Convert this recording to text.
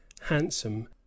handsome